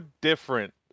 different